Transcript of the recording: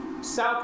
South